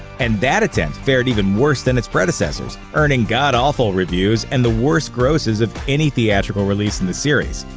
and that attempt fared even worse than its predecessors, earning godawful reviews and the worst grosses of any theatrical release in the series.